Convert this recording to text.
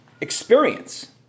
experience